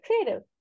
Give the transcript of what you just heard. creative